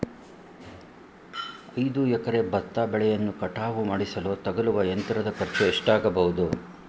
ಐದು ಎಕರೆ ಭತ್ತ ಬೆಳೆಯನ್ನು ಕಟಾವು ಮಾಡಿಸಲು ತಗಲುವ ಯಂತ್ರದ ಖರ್ಚು ಎಷ್ಟಾಗಬಹುದು?